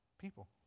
People